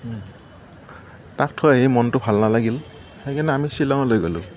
তাক থৈ আহি মনটো ভাল নালাগিল সেইকাৰণে আমি শ্বিলঙলৈ গ'লোঁ